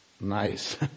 Nice